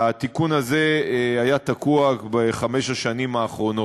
התיקון הזה היה תקוע בחמש השנים האחרונות.